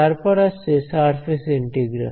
তারপরে আসছে surface integral